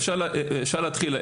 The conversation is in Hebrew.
אפשר להתחיל,